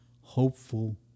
hopeful